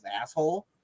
asshole